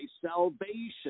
salvation